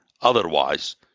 Otherwise